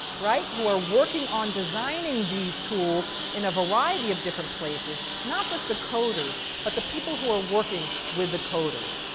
right? who are working on designing these tools in a variety of different places. not just the coders, but the people who are working with the coders.